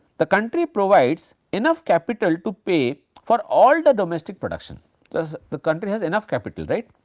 the country provides enough capital to pay for all the domestic production thus the country has enough capital right.